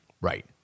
right